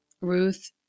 Ruth